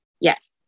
Yes